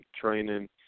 training